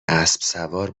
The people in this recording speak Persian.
اسبسوار